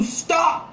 stop